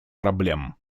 проблем